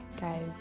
guys